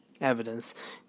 evidence